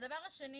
הדבר השני